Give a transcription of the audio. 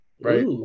right